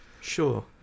Sure